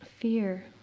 fear